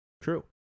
True